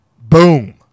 Boom